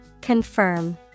Confirm